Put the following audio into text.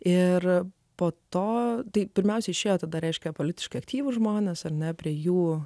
ir po to tai pirmiausia išėjo tada reiškia politiškai aktyvūs žmonės ar ne prie jų